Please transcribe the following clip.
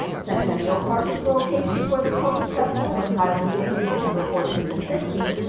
centennial park is the location for the celtic festival and highland games, september fourteenth and fifteenth.